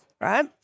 right